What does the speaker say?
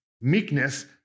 meekness